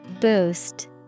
Boost